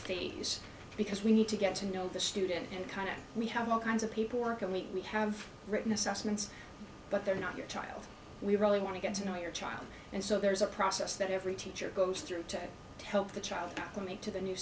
phase because we need to get to know the student and kind of we have all kinds of people work and we have written assessments but they're not your child we really want to get to know your child and so there's a process that every teacher goes through to help the child to make to the new